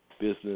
business